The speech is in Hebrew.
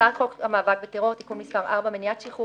הצעת חוק המאבק בטרור (תיקון מס' 4) (מניעת שחרור